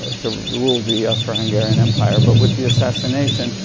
to rule the austrian-hungarian empire, but with the assassination,